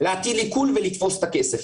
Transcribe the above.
להטיל עיקול ולתפוס את הכסף.